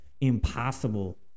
Impossible